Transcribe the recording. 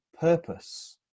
purpose